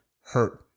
Hurt